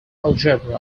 algebra